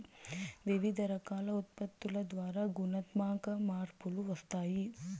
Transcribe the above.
వివిధ రకాల ఉత్పత్తుల ద్వారా గుణాత్మక మార్పులు వస్తాయి